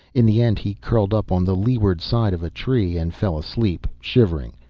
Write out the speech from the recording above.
in the end he curled up on the leeward side of a tree, and fell asleep, shivering,